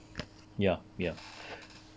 yup yup